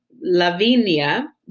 Lavinia